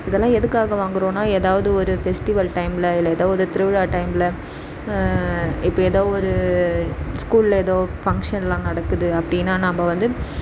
இதெல்லாம் எதுக்காக வாங்குகிறோன்னா ஏதாவது ஒரு ஃபெஸ்டிவல் டைமில் இல்லாட்டி ஒரு திருவிழா டைமில் இப்போ ஏதோ ஒரு ஸ்கூலில் ஏதோ ஃபங்க்ஷனெலாம் நடக்குது அப்படினா நம்ம வந்து